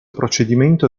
procedimento